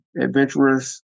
adventurous